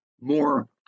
more